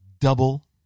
double